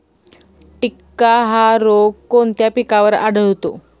टिक्का हा रोग कोणत्या पिकावर आढळतो?